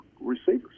receivers